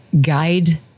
guide